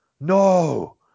No